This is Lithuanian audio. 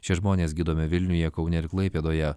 šie žmonės gydomi vilniuje kaune ir klaipėdoje